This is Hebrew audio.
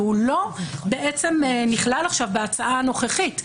והוא לא נכלל עכשיו בהצעה בנוכחית,